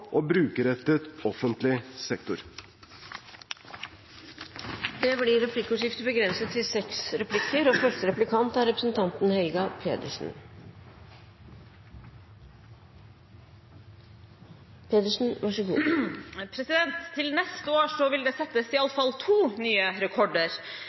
og brukerrettet offentlig sektor. Det blir replikkordskifte. Til neste år vil det settes i alle fall to nye rekorder.